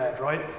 right